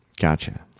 Gotcha